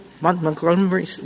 Montgomery —